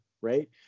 right